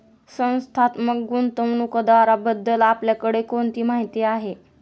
संस्थात्मक गुंतवणूकदाराबद्दल आपल्याकडे कोणती माहिती आहे?